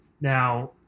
now